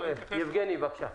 בבקשה.